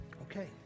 Okay